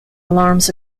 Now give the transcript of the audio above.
alarms